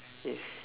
yes